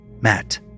Matt